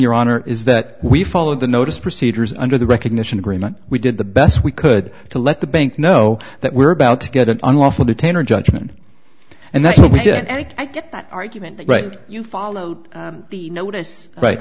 your honor is that we followed the notice procedures under the recognition agreement we did the best we could to let the bank know that we're about to get an unlawful detainer judgment and then i get that argument right you followed the notice right